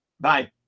Bye